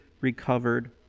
recovered